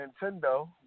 Nintendo